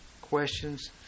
Questions